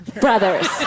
Brothers